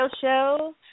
Show